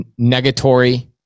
negatory